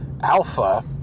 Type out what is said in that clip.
Alpha